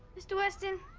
mr. weston,